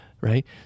right